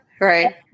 Right